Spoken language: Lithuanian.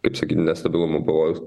kaip sakyt nestabilumo pavojaus